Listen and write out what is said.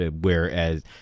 Whereas